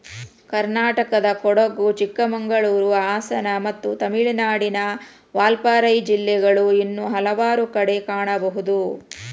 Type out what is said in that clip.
ಕರ್ನಾಟಕದಕೊಡಗು, ಚಿಕ್ಕಮಗಳೂರು, ಹಾಸನ ಮತ್ತು ತಮಿಳುನಾಡಿನ ವಾಲ್ಪಾರೈ ಜಿಲ್ಲೆಗಳು ಇನ್ನೂ ಹಲವಾರು ಕಡೆ ಕಾಣಬಹುದು